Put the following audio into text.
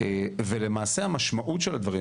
ולמעשה המשמעות של הדברים,